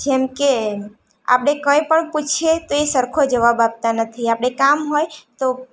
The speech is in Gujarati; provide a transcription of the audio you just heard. જેમ કે આપણે કંઇ પણ પૂછીએ તો એ સરખો જવાબ આપતા નથી આપણે કામ હોય તો